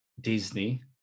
Disney